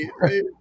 right